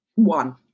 one